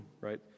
Right